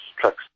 trucks